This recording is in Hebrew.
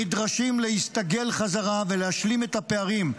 נדרשים להסתגל חזרה ולהשלים את הפערים,